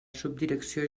subdirecció